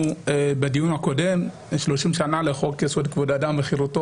בדיון הקודם ציינו 30 שנים לחוק יסוד: כבוד האדם וחירותו.